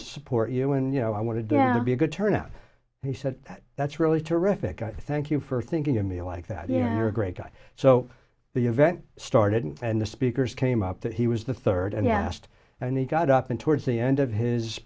to support you and you know i want to be a good turnout he said that that's really terrific i thank you for thinking of me like that you're a great guy so the event started and the speakers came up that he was the third and they asked and they got up and towards the end of his